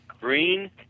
Green